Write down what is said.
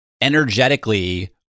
energetically